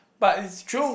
but it's true